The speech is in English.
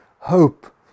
hope